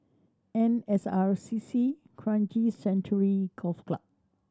N S R C C Kranji Sanctuary Golf Club